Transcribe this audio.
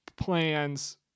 plans